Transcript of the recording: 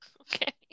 Okay